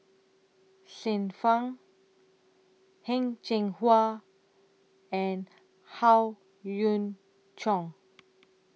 Xiu Fang Heng Cheng Hwa and Howe Yoon Chong